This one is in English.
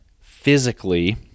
physically